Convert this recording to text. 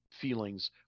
feelings